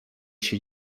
się